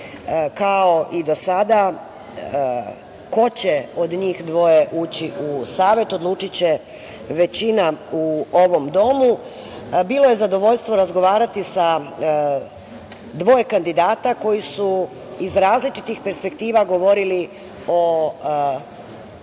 i do sada, ko će od njih dvoje ući u Savet, odlučiće većina u ovom domu. Bilo je zadovoljstvo razgovarati sa dvoje kandidata koji su iz različitih perspektiva govorili o